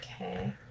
Okay